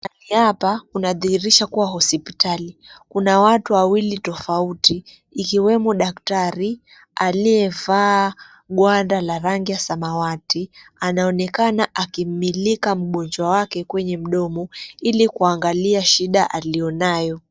Mahali hapa kunadhihirisha kuwa hospitali. Kuna watu wawili tofauti ikiwemo daktari aliyevaa gwanda la rangi ya samawati anaonekana akimmulika mgonjwa wake kwenye mdomo ili kuangalia shida alionayo.